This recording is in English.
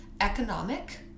economic